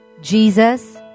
Jesus